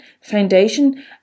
foundation